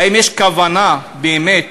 האם יש כוונה באמת